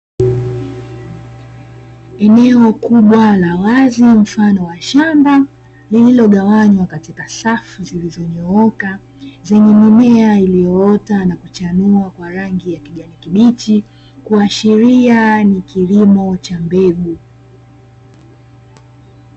Eneo kubwa la wazi mfano wa shamba, lililogawanywa katika safu zilizonyooka zenye mimea ya iliyoota na kuchanua kwa rangi ya kijani kibichi kuashiria ni kilimo cha mbegu.